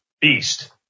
beast